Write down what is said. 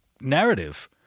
narrative